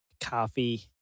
Coffee